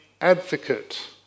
advocate